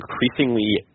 increasingly